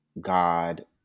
God